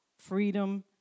freedom